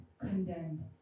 condemned